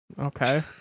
Okay